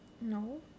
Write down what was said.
No